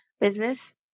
business